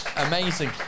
Amazing